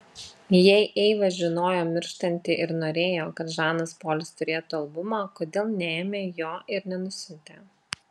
jei eiva žinojo mirštanti ir norėjo kad žanas polis turėtų albumą kodėl neėmė jo ir nenusiuntė